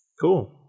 Cool